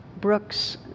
Brooks